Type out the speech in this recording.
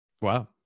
wow